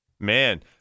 Man